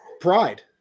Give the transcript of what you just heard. Pride